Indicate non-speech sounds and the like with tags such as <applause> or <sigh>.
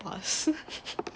pass <laughs>